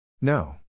No